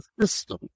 system